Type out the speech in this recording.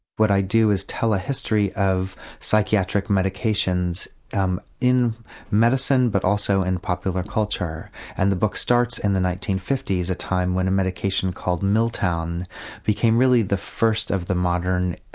what i do is tell a history of psychiatric medications um in medicine but also in popular culture and the book starts in the nineteen fifty s, a time when a medication called miltown became really the first of the modern